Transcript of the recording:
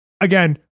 again